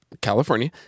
California